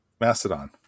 Mastodon